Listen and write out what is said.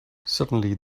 suddenly